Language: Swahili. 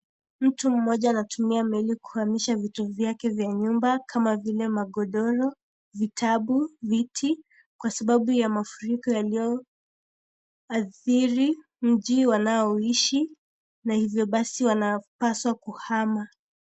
Mtu mmoja anatumia meli kuhamisha vitu vyake vya nyumba kama vile, makodoro, vitabu, viti, kwa sababu ya mafuriko yaliyoathiri mji wanaoishi na hivyo basi wanapaswa kuhama.